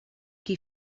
qui